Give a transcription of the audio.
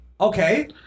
Okay